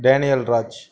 Daniel Raj